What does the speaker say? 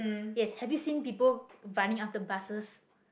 yes have you seen people running after buses